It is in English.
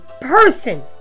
person